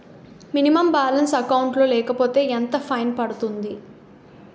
Minimum balance account లో లేకపోతే ఎంత ఫైన్ పడుతుంది?